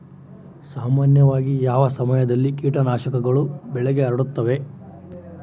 ಸಾಮಾನ್ಯವಾಗಿ ಯಾವ ಸಮಯದಲ್ಲಿ ಕೇಟನಾಶಕಗಳು ಬೆಳೆಗೆ ಹರಡುತ್ತವೆ?